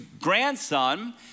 grandson